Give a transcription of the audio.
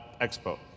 expo